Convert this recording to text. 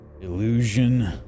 illusion